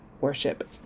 worship